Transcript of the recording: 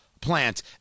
plant